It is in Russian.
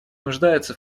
нуждается